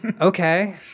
Okay